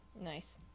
Nice